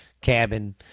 cabin